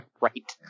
Right